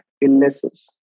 illnesses